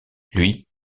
lui